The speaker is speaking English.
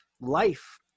life